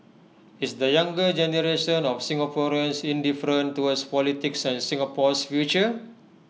is the younger generation of Singaporeans indifferent towards politics and Singapore's future